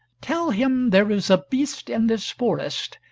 tell him there is a beast in this forest,